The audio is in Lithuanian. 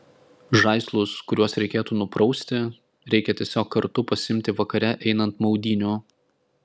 žaislus kuriuos reikėtų nuprausti reikia tiesiog kartu pasiimti vakare einant maudynių